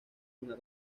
una